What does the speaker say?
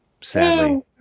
sadly